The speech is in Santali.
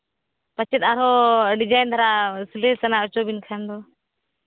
ᱯᱟᱪᱮᱜ ᱟᱨᱚ ᱰᱤᱡᱟᱭᱤᱱ ᱫᱷᱟᱨᱟ ᱥᱤᱞᱟᱭ ᱥᱟᱱᱟ ᱦᱚᱪᱚ ᱵᱮᱱ ᱠᱷᱟᱱ ᱫᱚ